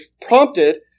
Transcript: prompted